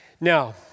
Now